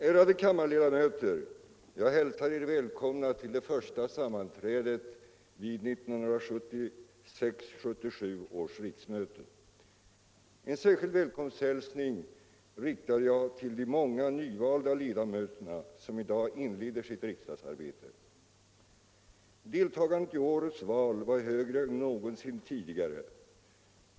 Ärade kammarledamöter! Jag hälsar Er välkomna till det första sammanträdet vid 1976/77 års riksmöte. En särskild välkomsthälsnihg riktar jag till de många nyvalda ledamöterna, som i dag inleder sitt riksdagsarbete. Deltagandet i årets val var högre än någonsin tidigare.